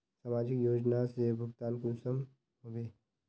समाजिक योजना से भुगतान कुंसम होबे?